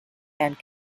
and